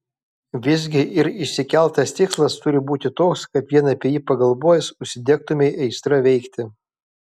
visgi ir išsikeltas tikslas turi būti toks kad vien apie jį pagalvojęs užsidegtumei aistra veikti